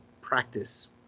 practice